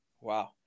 Wow